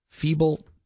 feeble